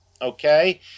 Okay